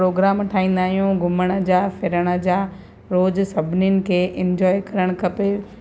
programme ठाहींदा आहियूं घुमण जा फिरण जा रोज़ु सभिनीनि खे इंजॉए करणु खपे